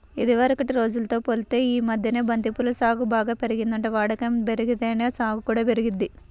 ఇదివరకటి రోజుల్తో పోలిత్తే యీ మద్దెన బంతి పూల సాగు బాగా పెరిగిందంట, వాడకం బెరిగితేనే సాగు కూడా పెరిగిద్ది